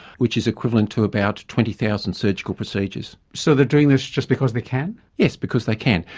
which is equivalent to about twenty thousand surgical procedures. so they're doing this just because they can? yes, because they can.